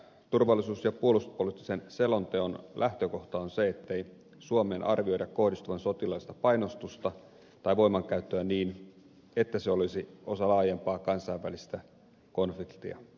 turvallisuus ja puolustuspoliittisen selonteon lähtökohta on se ettei suomeen arvioida kohdistuvan sotilaallista painostusta tai voimankäyttöä niin että se olisi osa laajempaa kansainvälistä konfliktia